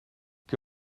que